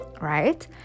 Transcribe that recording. right